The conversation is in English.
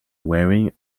wearing